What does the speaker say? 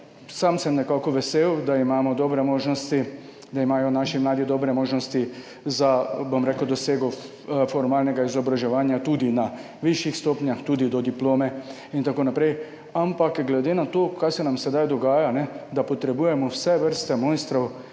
Sam sem vesel, da imajo naši mladi dobre možnosti za dosego formalnega izobraževanja tudi na višjih stopnjah, tudi do diplome in tako naprej, ampak glede na to, kar se nam sedaj dogaja, da potrebujemo vse vrste mojstrov,